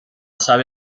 sabe